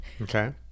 Okay